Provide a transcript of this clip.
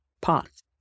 path